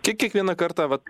kiek kiekvieną kartą vat